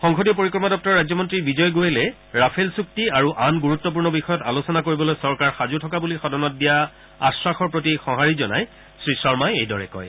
সংসদীয় পৰিক্ৰমা দপ্তৰৰ ৰাজ্যমন্ত্ৰী বিজয় গোয়েলে ৰাফেল চূক্তি আৰু আন গুৰুত্বপূৰ্ণ বিষয়ত আলোচনা কৰিবলৈ চৰকাৰ সাজু থকা বুলি সদনত দিয়া আশ্বাসৰ প্ৰতি সঁহাৰি জনায় শ্ৰীশৰ্মাই এইদৰে কয়